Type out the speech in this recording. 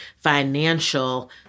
financial